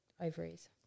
ovaries